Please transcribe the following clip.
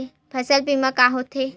फसल बीमा का होथे?